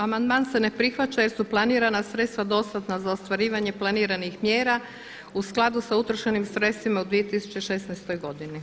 Amandman se ne prihvaća jer su planirana sredstva dostatna za ostvarivanje planiranih mjera u skladu sa utrošenim sredstvima u 2016. godini.